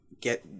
get